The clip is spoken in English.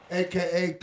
aka